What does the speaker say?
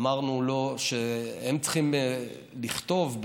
אמרנו שהם צריכים לכתוב,